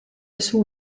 jsou